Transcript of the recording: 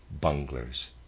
bunglers